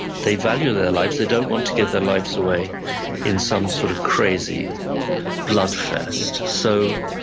they value their lives. they don't want to give their lives away in some sort of crazy blood fest. so,